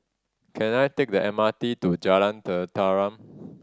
can I take the M R T to Jalan Tetaram